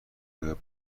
آیا